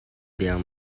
deng